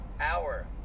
hour